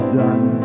done